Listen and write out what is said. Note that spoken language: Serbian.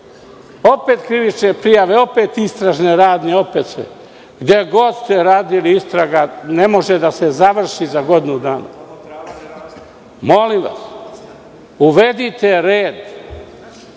Opet krivične prijave, opet istražne radnje, opet sve. Gde god ste radili istraga ne može da se završi za godinu dana. Molim vas, uvedite red